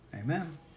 Amen